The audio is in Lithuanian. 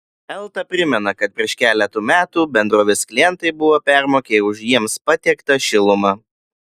elta primena kad prieš keletą metų bendrovės klientai buvo permokėję už jiems patiektą šilumą